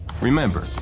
Remember